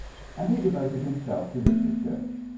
and he devoted himself to this research